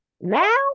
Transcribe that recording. now